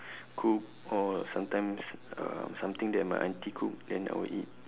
cook or sometimes uh something that my aunty cook then I will eat